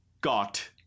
got